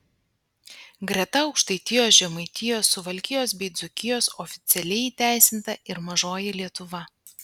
greta aukštaitijos žemaitijos suvalkijos bei dzūkijos oficialiai įteisinta ir mažoji lietuva